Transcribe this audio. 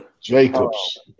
Jacobs